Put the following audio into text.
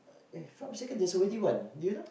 uh eh if I'm not mistaken there's already one do you know